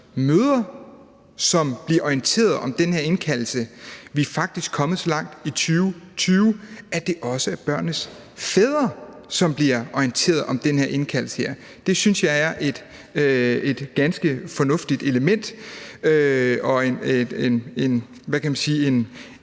mødre, som bliver orienteret om den her indkaldelse, men vi er faktisk kommet så langt i 2020, at det også er børnenes fædre, som bliver orienteret om den her indkaldelse. Det synes jeg er et ganske fornuftigt element og en, hvad kan man sige,